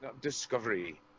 discovery